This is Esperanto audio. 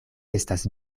estas